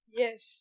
yes